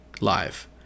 live